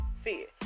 fear